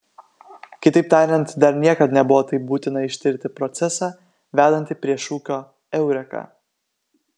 kitaip tariant dar niekad nebuvo taip būtina ištirti procesą vedantį prie šūkio eureka